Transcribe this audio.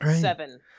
seven